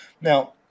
now